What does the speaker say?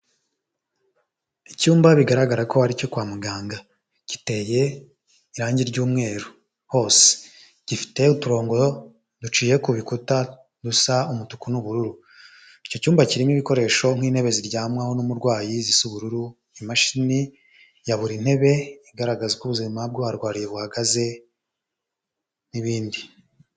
Icyumba bigaragara ko aricyo kwa muganga, giteye irangi ry'umweru hose, gifite uturongo duciye ku bikuta dusa umutuku n'ubururu, icyo cyumba kirimo ibikoresho nk'intebe ziryamwaho n'umurwayi zisa ubururu, imashini ya buri ntebe igaragaza uko ubuzima bw'uharwariye buhagaze n'ibindi.